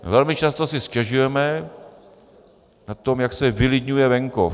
Velmi často si stěžujeme na to, jak se vylidňuje venkov.